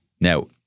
Now